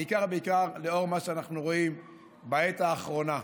בעיקר לאור מה שאנחנו רואים בעת האחרונה.